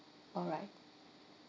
all right